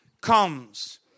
comes